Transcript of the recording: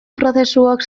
prozesuok